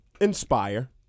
inspire